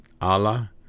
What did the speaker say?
Allah